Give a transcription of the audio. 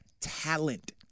talent